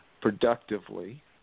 productively